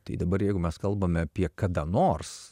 tai dabar jeigu mes kalbame apie kada nors